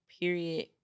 period